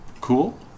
cool